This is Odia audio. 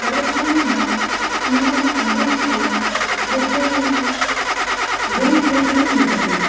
ଥରେ କ'ଣ ହେଲା ନା ଆମେ ସବୁ ସାଙ୍ଗ ମିଶିକି ଗୋଟେ ଗେମ୍ ଖେଳିବୁ ବୋଲି ଚିନ୍ତା କଲୁ